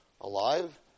alive